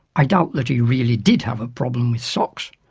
i doubt that he really did have a problem with socks,